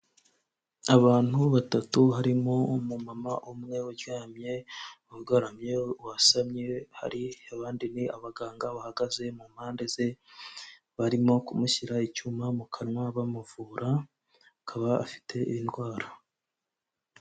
Abantu batatu harimo umumama umwe uryamye ugaramye wasamye, hari abandi ni abaganga bahagaze mu mpande ze, barimo kumushyira icyuma mu kanwa bamuvura, akaba afite indwara.